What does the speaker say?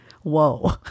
Whoa